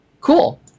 Cool